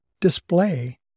display